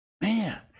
man